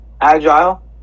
Agile